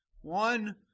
one